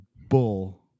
bull